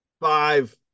Five